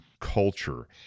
culture